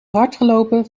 hardgelopen